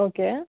okay